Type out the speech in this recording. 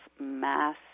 mass